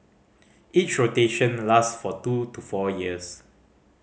each rotation last for two to four years